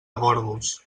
gorgos